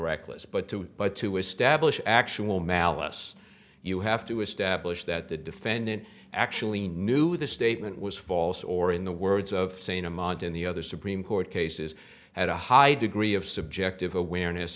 reckless but true but to establish actual malice you have to establish that the defendant actually knew the statement was false or in the words of saying i'm odd in the other supreme court cases at a high degree of subjective awareness